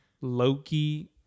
Loki